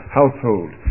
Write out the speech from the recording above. household